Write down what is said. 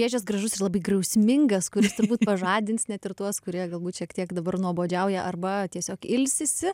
štai šis gražus ir labai griausmingas kuris turbūt pažadins net ir tuos kurie galbūt šiek tiek dabar nuobodžiauja arba tiesiog ilsisi